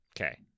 Okay